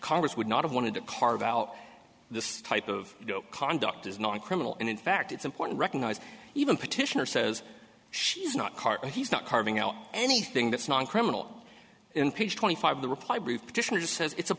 congress would not have wanted to carve out this type of conduct is not criminal and in fact it's important recognize even petitioner says she's not carte he's not carving out anything that's non criminal in page twenty five